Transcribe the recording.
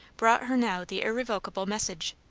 brought her now the irrevocable message.